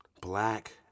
black